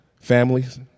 Families